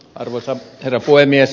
arvoisa herra puhemies